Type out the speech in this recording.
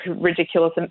ridiculous